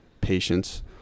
Patience